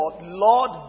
Lord